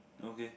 okay